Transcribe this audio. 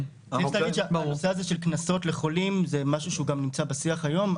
צריך להגיד שהנושא הזה של קנסות לחולים זה משהו שנמצא בשיח היום.